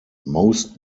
most